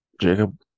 Jacob